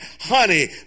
honey